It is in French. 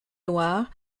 loire